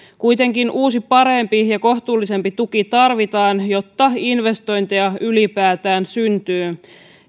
kuitenkin uusi parempi ja kohtuullisempi tuki tarvitaan jotta investointeja ylipäätään syntyy